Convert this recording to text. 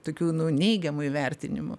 tokių nu neigiamų įvertinimų